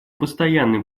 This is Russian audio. постоянным